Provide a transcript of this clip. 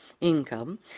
income